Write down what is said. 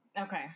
Okay